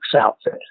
outfit